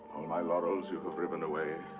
my laurels you have riven away.